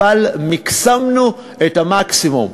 אבל מקסמנו את המקסימום.